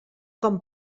com